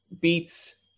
beats